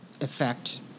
effect